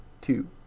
two